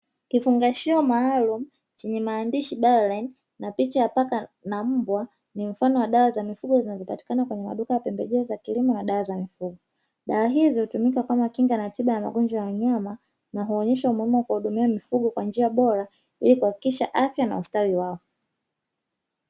Kifungashio maalumu chenye maandishi "Bioline" na picha ya paka na mbwa, ni mfano wa dawa za mifugo zinazopatikana kwenye maduka ya pembejeo za kilimo na dawa za mifugo. Dawa hizi hutumika kama kinga na tiba ya magonjwa ya wanyama na huonyesha umuhimu wa kuhudumia mifugo kwa njia bora ili kuhakikisha afya na ustawi wao.